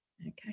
Okay